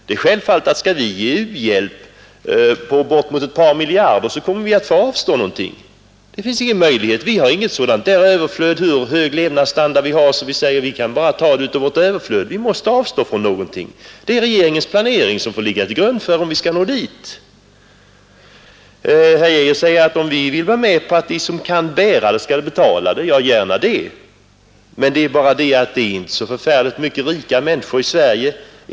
Det är självklart att skall vi ge u-hjälp på ett par miljarder kommer vi att få avstå någonting. Det finns ingen annan möjlighet. Hur hög levnadsstandard vi än har, kan vi inte bara ta av vårt överflöd. Det är regeringens planering som får ligga till grund för om vi skall nå målet. Herr Arne Geijer undrar om vi vill vara med om att de som kan bära det skall betala det. Ja, gärna det, men det finns inte så förfärligt många rika människor i Sverige.